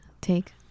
take